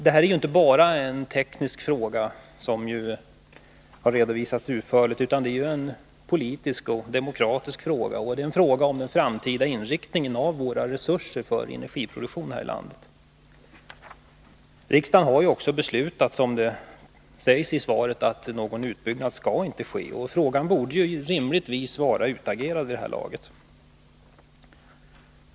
Detta är ju inte bara en teknisk fråga, som har redovisats utförligt, utan det är också en politisk och en demokratisk fråga och en fråga om den framtida inriktningen av våra resurser för energiproduktion här i landet. Riksdagen har även, som det sägs i svaret, beslutat att någon utbyggnad av kärnkraften inte skall ske. Frågan borde därför rimligtvis vara utagerad vid det här laget.